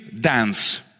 dance